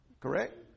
Correct